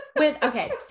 okay